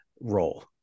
role